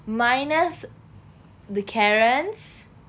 minus the karens